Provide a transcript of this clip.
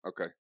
Okay